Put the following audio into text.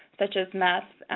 such as meth,